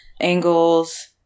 angles